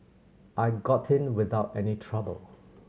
I got in without any trouble